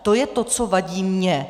To je to, co vadí mně.